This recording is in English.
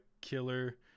killer